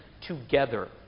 together